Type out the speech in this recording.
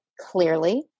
clearly